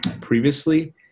previously